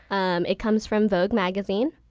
um it comes from vogue magazine.